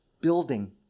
building